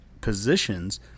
positions